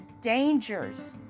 dangers